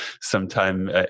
sometime